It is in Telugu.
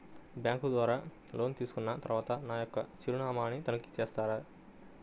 బ్యాంకు ద్వారా లోన్ తీసుకున్న తరువాత నా యొక్క చిరునామాని తనిఖీ చేస్తారా?